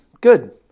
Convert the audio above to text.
good